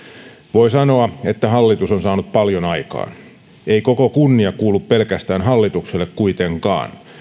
voi sanoa että hallitus on saanut paljon aikaan ei koko kunnia kuulu pelkästään hallitukselle kuitenkaan